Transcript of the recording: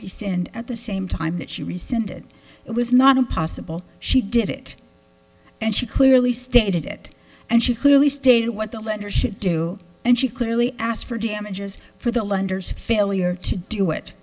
rescind at the same time that she rescinded it was not impossible she did it and she clearly stated it and she clearly stated what the lender should do and she clearly asked for damages for the lenders failure to do it